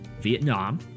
Vietnam